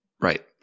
Right